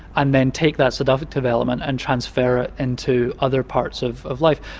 and then take that seductive element and transfer it into other parts of of life.